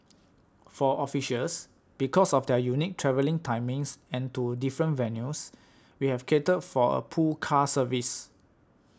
for officials because of their unique travelling timings and to different venues we have catered for a pool car service